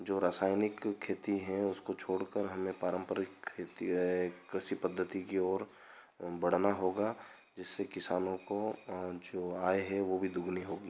जो रसायनिक खेती है उसको छोड़कर हमें पारंपरिक खेती कृषि पद्धति की ओर होबढ़ानागा जिससे किसानों को जो आय है वह भी दुगनी हो